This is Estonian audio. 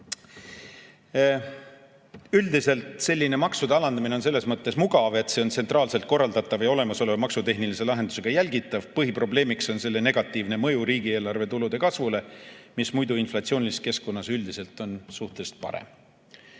Üldiselt selline maksude alandamine on selles mõttes mugav, et see on tsentraalselt korraldatav ja olemasoleva maksutehnilise lahendusega jälgitav. Põhiprobleemiks on selle negatiivne mõju riigieelarve tulude kasvule, mis muidu inflatsioonilises keskkonnas üldiselt on suhteliselt parem.